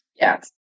Yes